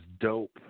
Dope